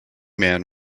man